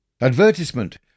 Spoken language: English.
Advertisement